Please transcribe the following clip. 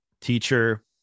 teacher